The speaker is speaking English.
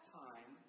time